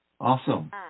awesome